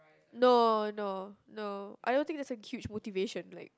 no no no I don't think that's a huge motivation like